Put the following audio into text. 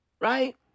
Right